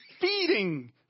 feeding